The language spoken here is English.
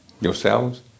yourselves